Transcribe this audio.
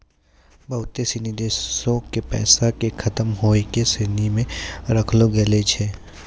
बहुते सिनी देशो के पैसा के खतम होय के श्रेणी मे राखलो गेलो छै